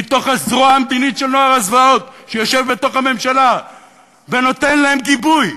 מתוך הזרוע המדינית של נוער הזוועות שיושב בתוך הממשלה ונותן להם גיבוי?